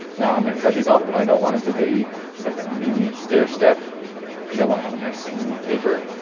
now, i'm going to cut these off but i don't want them to be just like an immediate stair-step because i want to have a nice smooth taper.